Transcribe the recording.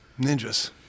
Ninjas